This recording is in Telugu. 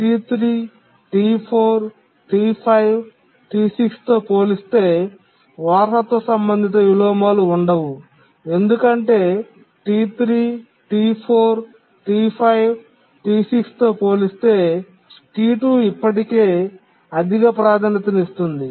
T3 T4 T5 T6 తో పోలిస్తే వారసత్వ సంబంధిత విలోమాలు ఉండవు ఎందుకంటే T3 T4 T5 T6 తో పోలిస్తే T2 ఇప్పటికే అధిక ప్రాధాన్యతనిస్తుంది